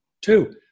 Two